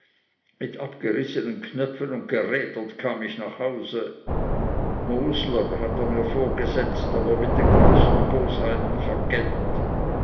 mit abgerissenen knöpfen und gerädert kam ich nach hause mosler hat er mir vorgesetzt aber mit den größten bosheiten vergällt